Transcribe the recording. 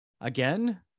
Again